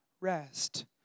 rest